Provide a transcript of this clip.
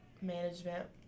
management